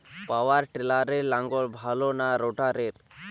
পাওয়ার টিলারে লাঙ্গল ভালো না রোটারের?